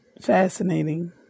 fascinating